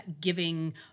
giving